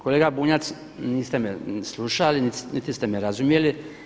Kolega Bunjac niste me slušali niti ste me razumjeli.